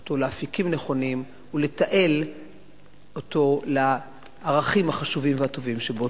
אותו לאפיקים נכונים ולתעל אותו לערכים החשובים והטובים שבו.